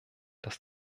dass